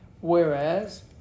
whereas